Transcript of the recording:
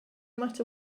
matter